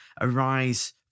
arise